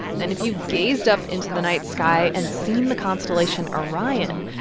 and if you've gazed up into the night sky and seen the constellation orion,